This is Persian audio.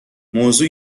موضوع